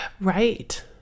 Right